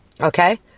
okay